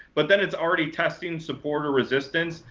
but then it's already testing support or resistance,